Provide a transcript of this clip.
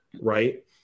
Right